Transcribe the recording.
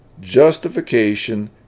justification